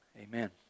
Amen